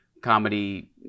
comedy